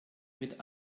mit